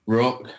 rock